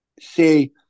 say